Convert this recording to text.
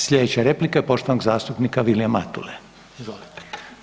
Slijedeća replika poštovanog zastupnika Vilija Matule, izvolite.